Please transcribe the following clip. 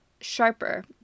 sharper